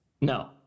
No